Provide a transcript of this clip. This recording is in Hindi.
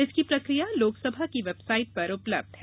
इसकी प्रक्रिया लोकसभा की वेबसाइट पर उपलब्ध है